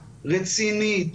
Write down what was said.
רצינית,